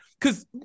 Cause